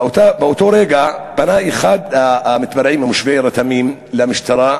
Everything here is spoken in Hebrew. באותו רגע פנה אחד מהמתפרעים תושבי רתמים למשטרה,